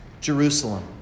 Jerusalem